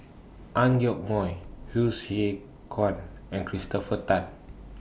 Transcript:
Ang Yoke Mooi Hsu Tse Kwang and Christopher Tan